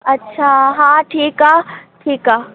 अच्छा हा ठीकु आहे ठीकु आहे